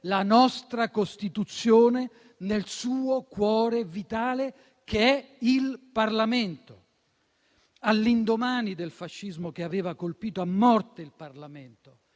la nostra Costituzione nel suo cuore vitale, che è il Parlamento. All'indomani del fascismo, che aveva colpito a morte il Parlamento,